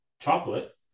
chocolate